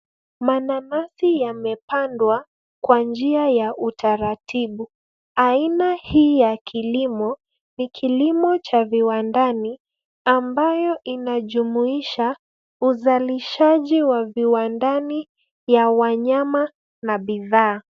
Mananasi yamepandwa kwa njia ya utaratibu. Aina hii ya kilimo, ni kilimo cha viwandani ambayo inajumuisha uzalishaji wa viwandani ya wanyama na bidhaa.